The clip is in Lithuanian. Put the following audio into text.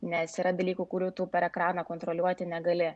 nes yra dalykų kurių per ekraną kontroliuoti negali